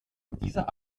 dieser